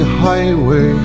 highway